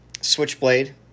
Switchblade